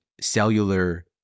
cellular